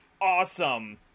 awesome